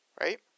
Right